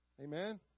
Amen